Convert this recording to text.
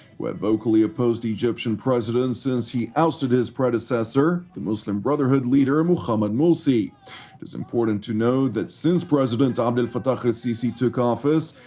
who have vocally opposed the egyptian president since he ousted his predecessor, the muslim brotherhood leader mohammad morsi. it is important to note that since president abdel fattah al-sisi took office,